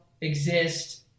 exist